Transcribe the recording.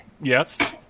Yes